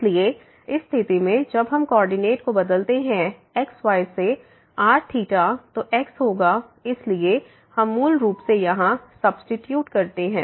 इसलिए इस स्थिति में जब हम कोऑर्डिनेट को बदलते हैं x y से r θ तो x होगा इसलिए हम मूल रूप से यहां सब्सीट्यूट करते हैं